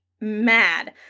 mad